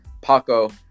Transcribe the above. Paco